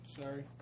Sorry